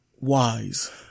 Wise